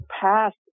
past